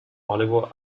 oliver